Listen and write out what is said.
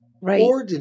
Right